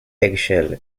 eggshell